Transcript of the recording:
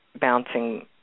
bouncing